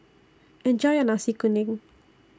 Enjoy your Nasi Kuning